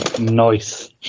Nice